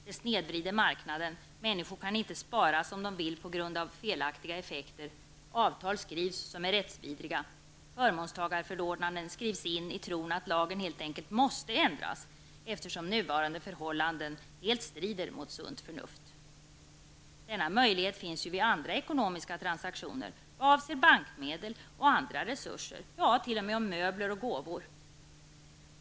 Det snedvrider marknaden. Människor kan inte spara som de vill på grund av felaktiga effekter. Avtal skrivs som är rättsvidriga. Förmånstagarförordnanden skrivs in i tron att lagen helt enkelt måste ändras eftersom nuvarande förhållanden helt strider mot sunt förnuft. Denna möjlighet finns ju vid andra ekonomiska transaktioner vad avser bankmedel och andra resurser och t.o.m. om möbler och gåvor.